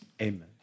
Amen